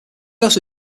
also